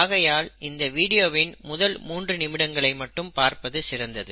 ஆகையால் இந்த வீடியோவின் முதல் மூன்று நிமிடங்களை மட்டும் பார்ப்பது சிறந்தது